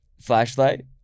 flashlight